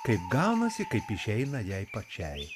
kaip gaunasi kaip išeina jai pačiai